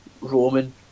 Roman